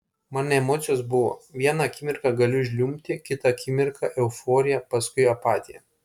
man emocijos buvo vieną akimirką galiu žliumbti kitą akimirką euforija paskui apatija